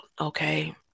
okay